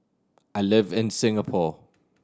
I live in Singapore